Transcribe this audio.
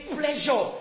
pleasure